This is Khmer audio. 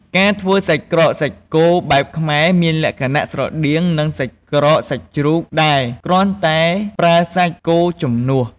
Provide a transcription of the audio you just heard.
ការធ្វើសាច់ក្រកសាច់គោបែបខ្មែរ មានលក្ខណៈស្រដៀងនឹងសាច់ក្រកសាច់ជ្រូកដែរ គ្រាន់តែប្រើសាច់គោជំនួស។